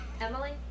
emily